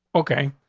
okay,